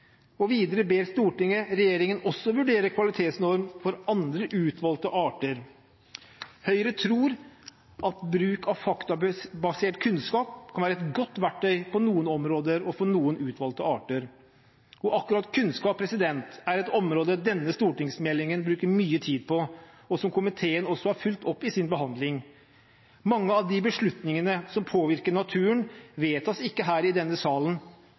Videre ber Stortinget regjeringen også vurdere kvalitetsnorm for andre utvalgte arter. Høyre tror at bruk av faktabasert kunnskap kan være et godt verktøy på noen områder og for noen utvalgte arter. Og akkurat kunnskap er et område denne stortingsmeldingen bruker mye tid på, og som komiteen også har fulgt opp i sin behandling. Mange av de beslutningene som påvirker naturen, vedtas ikke her i denne salen,